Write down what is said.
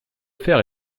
faire